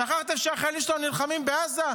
שכחתם שהחיילים שלנו נלחמים בעזה?